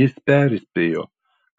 jis perspėjo